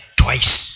twice